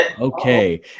okay